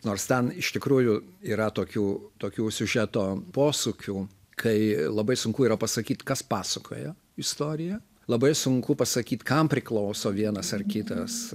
nors ten iš tikrųjų yra tokių tokių siužeto posūkių kai labai sunku yra pasakyt kas pasakojo istoriją labai sunku pasakyt kam priklauso vienas ar kitas